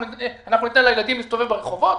אנחנו ניתן לילדים להסתובב ברחובות?